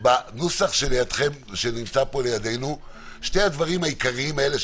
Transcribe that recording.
בנוסח שנמצא פה לידינו שני הדברים העיקריים האלה,